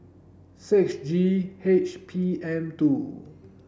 six G H P M two